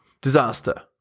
Disaster